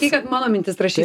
sakei kad mano mintis rašyti